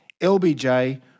LBJ